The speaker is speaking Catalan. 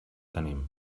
tenim